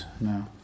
no